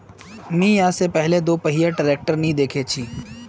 मी या से पहले दोपहिया ट्रैक्टर नी देखे छी